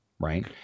Right